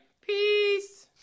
Peace